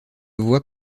voit